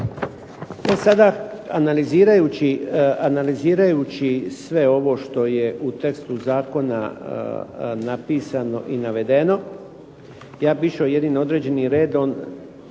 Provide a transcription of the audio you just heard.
sada analizirajući sve ono što je u tekstu zakona napisano i navedeno, ja bih išao jednim određenim redom